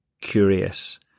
curious